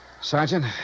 Sergeant